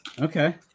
Okay